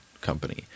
company